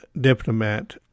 diplomat